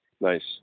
nice